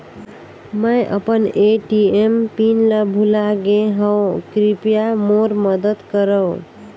मैं अपन ATM PIN ल भुला गे हवों, कृपया मोर मदद करव